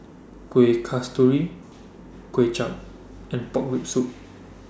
Kuih Kasturi Kway Chap and Pork Rib Soup